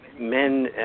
men